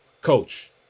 coach